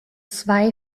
zwei